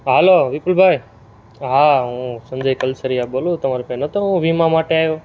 હાલો વિપુલભાઈ હા હું સંજય કલસરિયા બોલું તમારી પાસે નહોતો હું વીમા માટે આવ્યો